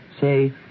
say